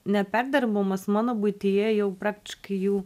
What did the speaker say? neperdirbamos mano buityje jau praktiškai jų